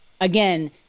again